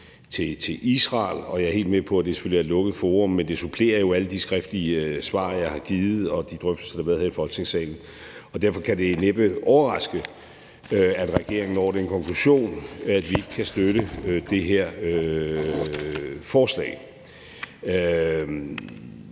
til Israel, og jeg er helt med på, at det selvfølgelig er et lukket forum, men det supplerer jo alle de skriftlige svar, jeg har givet, og de drøftelser, der været her i Folketingssalen, og derfor kan det næppe overraske nogen, at regeringen når frem til den konklusion, at vi ikke kan støtte det her forslag.